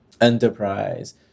enterprise